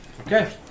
Okay